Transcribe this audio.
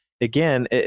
again